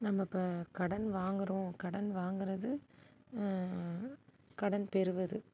நம்ம இப்போ கடன் வாங்குறோம் கடன் வாங்குறது கடன் பெறுவது